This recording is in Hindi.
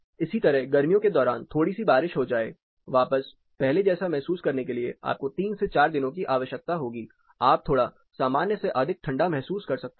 इसी तरह गर्मियों के दौरान थोड़ी सी बारिश हो जाए वापस पहले जैसे महसूस करने के लिए आपको3 से 4 दिनों की आवश्यकता होगी आप थोड़ा सामान्य से अधिक ठंडा महसूस कर सकते हैं